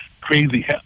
crazy